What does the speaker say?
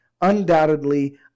undoubtedly